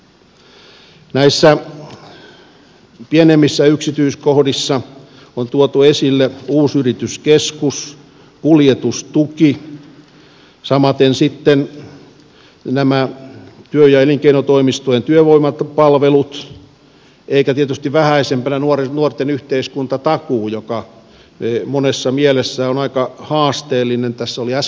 näissä pienemmissä yksityiskohdissa on tuotu esille uusyrityskeskukset kuljetustuki samaten sitten nämä työ ja elinkeinotoimistojen työvoimapalvelut eikä tietysti vähäisempänä nuorten yhteiskuntatakuu joka monessa mielessä on aika haasteellinen